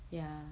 ya